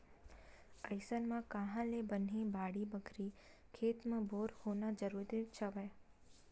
अइसन म काँहा ले बनही बाड़ी बखरी, खेत म बोर होना जरुरीच हवय